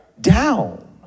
down